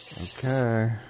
Okay